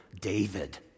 David